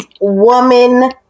woman